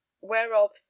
whereof